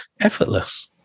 effortless